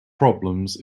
problems